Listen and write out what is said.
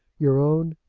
your own,